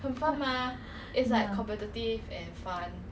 你没有球怎么 create group !hey!